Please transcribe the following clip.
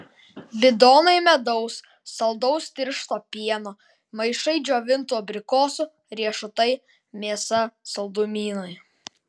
bidonai medaus saldaus tiršto pieno maišai džiovintų abrikosų riešutai mėsa saldumynai